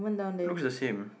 looks the same